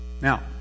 Now